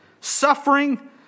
suffering